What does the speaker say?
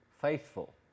faithful